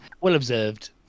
Well-observed